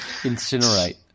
Incinerate